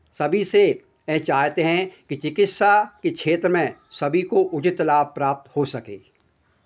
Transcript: सभी से यह चाहते हैं कि चिकित्सा के क्षेत्र में सभी को उचित लाभ प्राप्त हो सके